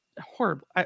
horrible